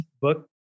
book